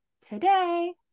today